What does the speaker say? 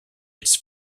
its